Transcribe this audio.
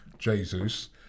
Jesus